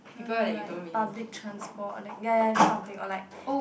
no no like public transport that ya ya this kind of thing or like